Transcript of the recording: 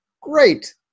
Great